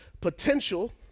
Potential